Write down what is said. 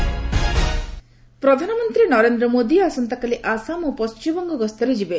PM visit ପ୍ରଧାନମନ୍ତ୍ରୀ ନରେନ୍ଦ୍ର ମୋଦି ଆସନ୍ତାକାଲି ଆସାମ୍ ଓ ପଣ୍ଟିମବଙ୍ଗ ଗସ୍ତରେ ଯିବେ